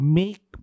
make